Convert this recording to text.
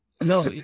No